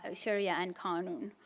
ah sharia and kanun.